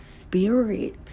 spirit